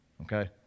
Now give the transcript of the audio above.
Okay